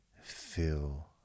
feel